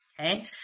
Okay